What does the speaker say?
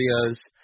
areas